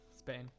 Spain